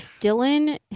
Dylan